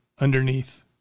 underneath